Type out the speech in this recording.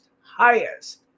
highest